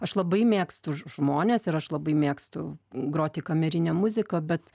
aš labai mėgstu žmones ir aš labai mėgstu groti kamerinę muziką bet